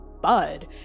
Bud